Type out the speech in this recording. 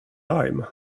lime